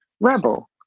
rebel